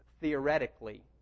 theoretically